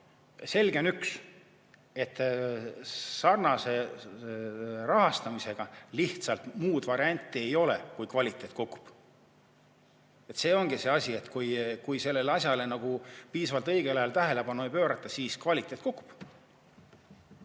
selge on üks: samasuguse rahastamisega lihtsalt muud varianti ei ole, kui kvaliteet kukub. See ongi tõsiasi, et kui sellele õigel ajal piisavalt tähelepanu ei pöörata, siis kvaliteet kukub.